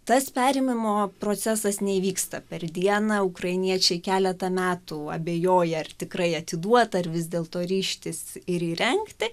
tas perėmimo procesas neįvyksta per dieną ukrainiečiai keletą metų abejoja ar tikrai atiduot ar vis dėlto ryžtis ir įrengti